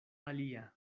alia